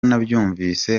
nabyumvise